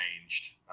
changed